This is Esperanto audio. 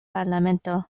parlamento